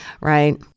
right